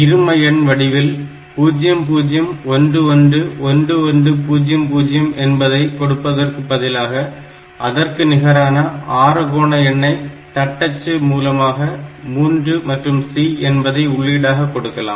இரும எண் வடிவில் 0011 1100 என்பதை கொடுப்பதற்கு பதிலாக அதற்கு நிகரான ஆறுகோண எண்ணை தட்டச்சு மூலமாக 3 மற்றும் C என்பதை உள்ளீடாக கொடுக்கலாம்